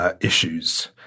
issues